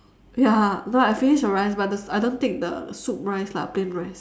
ya no I finish the rice but I don't take the soup rice lah plain rice